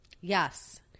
Yes